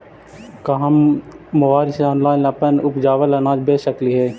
का हम मोबाईल से ऑनलाइन अपन उपजावल अनाज बेच सकली हे?